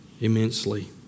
immensely